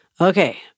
Okay